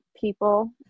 people